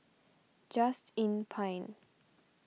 Just Inn Pine